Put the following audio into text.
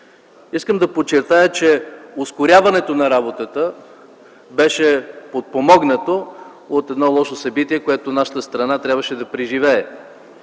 Искам да подчертая, че ускоряването на работата беше подпомогнато от едно лошо събитие, което нашата страна трябваше да преживее.